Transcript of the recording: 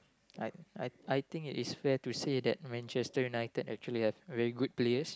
like I I think it is fair to say that Manchester-United actually have very good players